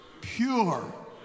pure